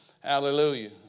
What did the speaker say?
Hallelujah